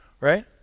right